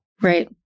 Right